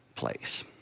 place